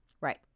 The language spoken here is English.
Right